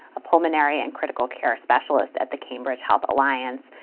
a pulmonary and critical care specialist at the cambridge health alliance,